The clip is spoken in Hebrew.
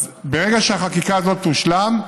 אז ברגע שהחקיקה הזאת תושלם,